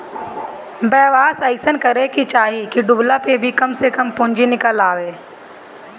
व्यवसाय अइसन करे के चाही की डूबला पअ भी कम से कम पूंजी निकल आवे